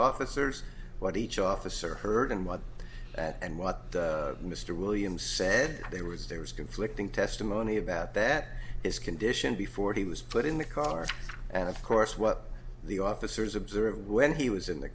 officers what each officer heard and what and what mr williams said they were there was conflicting testimony about that his condition before he was put in the car and of course what the officers observed when he was in the